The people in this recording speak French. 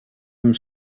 homme